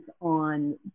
on